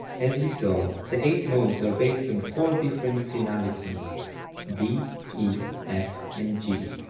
as we saw, the eight modes are based on four different finalis-notes d, e, f, and g.